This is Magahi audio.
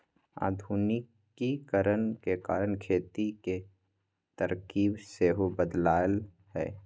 आधुनिकीकरण के कारण खेती के तरकिब सेहो बदललइ ह